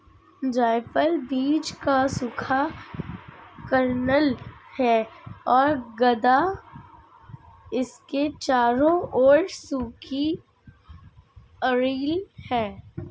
जायफल बीज का सूखा कर्नेल है और गदा इसके चारों ओर सूखी अरिल है